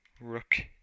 rook